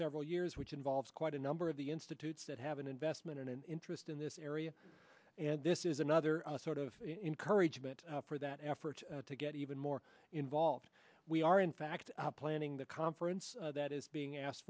several years which involves quite a number of the institutes that have an investment in an interest in this area and this is another sort of encouragement for that effort to get even more involved we are in fact planning the conference that is being asked